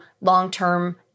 long-term